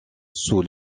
sous